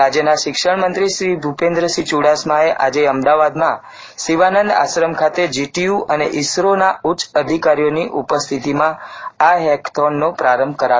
રાજ્યના શિક્ષણમંત્રી શ્રી ભૂપેન્દ્રસિંહ ચુડાસમાએ આજે અમદાવાદમાં શિવાનંદ આશ્રમ ખાતે જીટીયુ અને ઇસરોના ઉચ્ચ અધિકારીઓની ઉપસ્થિતિમાં આ હેકેથોનનો પ્રારંભ કરાયો હતો